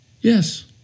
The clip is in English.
Yes